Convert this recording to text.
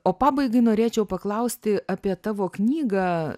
o pabaigai norėčiau paklausti apie tavo knygą